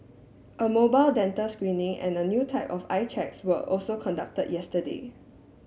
a mobile dental screening and a new type of eye checks were also conducted yesterday